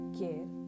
care